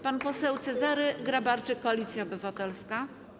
Pan poseł Cezary Grabarczyk, Koalicja Obywatelska.